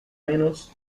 menos